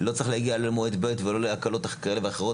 לא צריך להגיע למועד ב' ולא להקלות כאלה ואחרות.